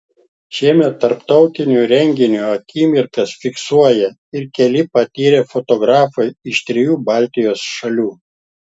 šiemet tarptautinio renginio akimirkas fiksuoja ir keli patyrę fotografai iš trijų baltijos šalių